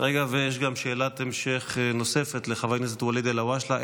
יש גם שאלת המשך נוספת לחבר הכנסת ואליד אלהואשלה,